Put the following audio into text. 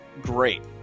great